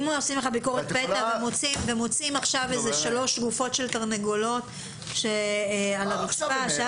אם עושים לך ביקורת פתע ומוצאים עכשיו 3 גופות של תרנגולות על הרצפה.